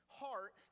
heart